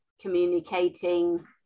communicating